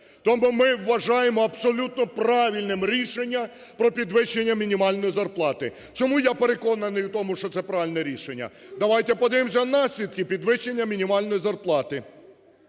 Тому ми вважаємо абсолютно правильним рішення про підвищення мінімальної зарплати. Чому я переконаний в тому, що це правильне рішення. Давайте подивимося наслідки підвищення мінімальної зарплати.